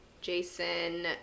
Jason